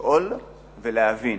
לשאול ולהבין,